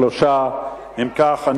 3. אם כך,